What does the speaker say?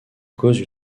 cause